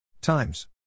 Times